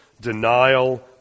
denial